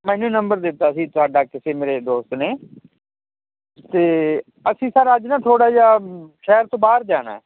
ਮੈਨੂੰ ਨੰਬਰ ਦਿੱਤਾ ਸੀ ਤੁਹਾਡਾ ਕਿਸੇ ਮੇਰੇ ਦੋਸਤ ਨੇ ਤੇ ਅਸੀਂ ਸਰ ਅੱਜ ਨਾ ਥੋੜਾ ਜਿਆ ਸ਼ਹਿਰ ਤੋਂ ਬਾਹਰ ਜਾਣਾ ਐ